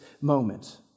moment